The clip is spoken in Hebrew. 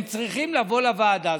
הם צריכים לבוא לוועדה.